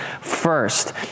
first